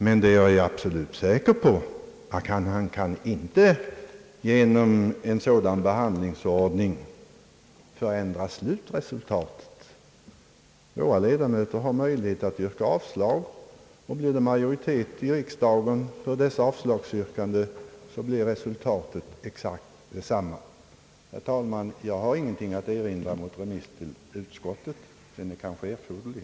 Men jag är absolut säker på att han inte genom en sådan behandlingsordning kan förändra slutresultatet. Våra ledamöter har möjlighet att yrka avslag, och blir det majoritet i riksdagen för detta avslagsyrkande blir resultatet exakt detsamma. Herr talman! Jag har ingenting att erinra mot remissen till utskottet — den är kanske erforderlig.